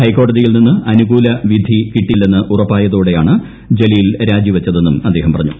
ഹൈക്കോടതിയിൽനിന്ന് അനുകൂല വിധി കിട്ടില്ലെന്ന് ഉറപ്പായതോടെയാണ് ജലീൽ രാജിവച്ചത്രെന്നും അദ്ദേഹം പറഞ്ഞു